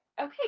okay